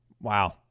Wow